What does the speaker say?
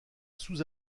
sous